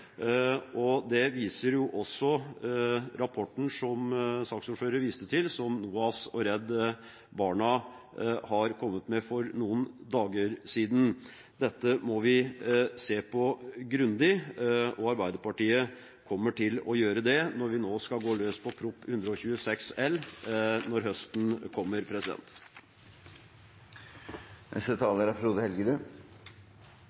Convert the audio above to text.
det behov for. Det viser også rapporten som saksordføreren viste til, som NOAS og Redd Barna har kommet med for noen dager siden. Dette må vi se grundig på, og Arbeiderpartiet kommer til å gjøre det når vi skal gå løs på Prop. 126 L til høsten.